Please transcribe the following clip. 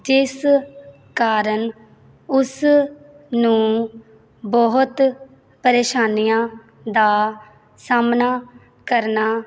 ਜਿਸ ਕਾਰਨ ਉਸ ਨੂੰ ਬਹੁਤ ਪਰੇਸ਼ਾਨੀਆਂ ਦਾ ਸਾਹਮਣਾ ਕਰਨਾ